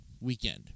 weekend